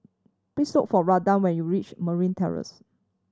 please look for Randal when you reach Marine Terrace